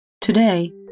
Today